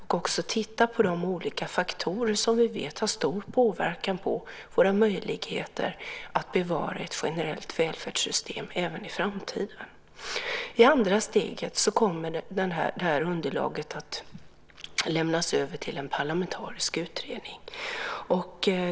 Vi tittar också på de olika faktorer som vi vet har stor påverkan på våra möjligheter att bevara ett generellt välfärdssystem även i framtiden. I andra steget kommer det här underlaget att lämnas över till en parlamentarisk utredning.